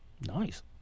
Nice